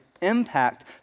impact